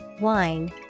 wine